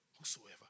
Whosoever